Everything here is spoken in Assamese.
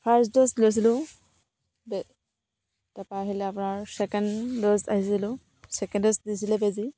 ফাৰ্ষ্ট ড'জ লৈছিলোঁ তাপা আহিলে আপোনাৰ ছেকেণ্ড ড'জ লৈছিলোঁ ছেকেণ্ড ড'জ দিছিলে বেজি